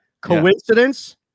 Coincidence